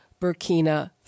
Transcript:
Burkina